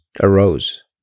arose